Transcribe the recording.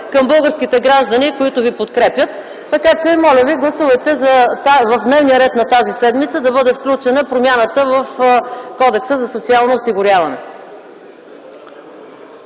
към българските граждани, които ви подкрепят. Моля ви, гласувайте в дневния ред за тази седмица да бъде включена промяната в Кодекса за социално осигуряване!